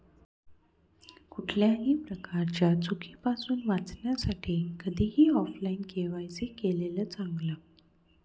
कुठल्याही प्रकारच्या चुकीपासुन वाचण्यासाठी कधीही ऑफलाइन के.वाय.सी केलेलं चांगल